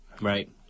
right